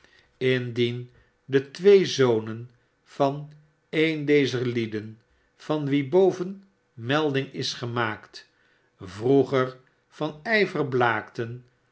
indien de twee zonen van een dezer lieden van wie boven melding is gemaakt vroeger van ijver blaakten